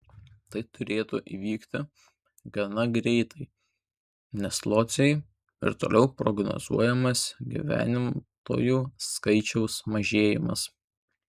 tai turėtų įvykti gana greitai nes lodzei ir toliau prognozuojamas gyventojų skaičiaus mažėjimas